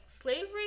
slavery